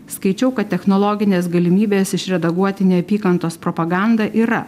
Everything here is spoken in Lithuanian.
skaičiau kad technologinės galimybės išredaguoti neapykantos propagandą yra